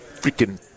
freaking